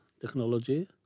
technology